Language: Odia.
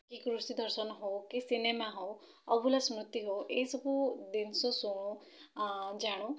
କି କୃଷି ଦର୍ଶନ ହେଉ କି ସିନେମା ହେଉ ଅଭୂଲା ସ୍ମୃତି ହେଉ ଏଇସବୁ ଜିନିଷ ଶୁଣୁ ଆଉ ଜାଣୁ